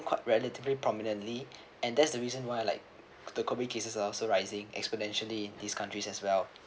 quite relatively prominently and that's the reason why like the COVID cases are also rising exponentially in these countries as well